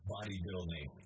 Bodybuilding